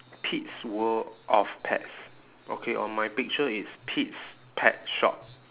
pete's world of pets okay on my picture it's pete's pet shop